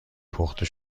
پخته